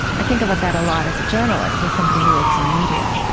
i think about that a lot as a journalist, as somebody who works in media